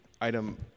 Item